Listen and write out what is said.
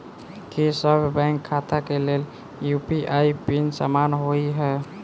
की सभ बैंक खाता केँ लेल यु.पी.आई पिन समान होइ है?